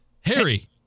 Harry